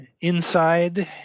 Inside